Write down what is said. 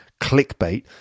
clickbait